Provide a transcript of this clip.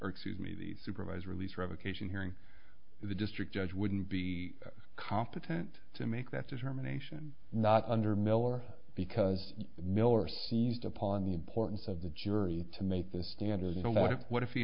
excuse me the supervised release revocation hearing the district judge wouldn't be competent to make that determination not under miller because miller seized upon the importance of the jury to make the standard you know what what if he